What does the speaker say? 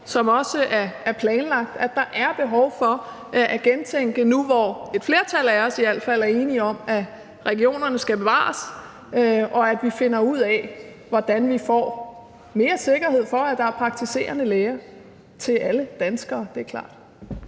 som også er planlagt? Der er behov for at gentænke nu, hvor i al fald et flertal af os er enige om, at regionerne skal bevares, og at vi finder ud af, hvordan vi får mere sikkerhed for, at der er praktiserende læger til alle danskere. Det er klart.